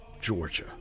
Georgia